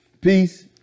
peace